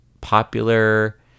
popular